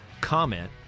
comment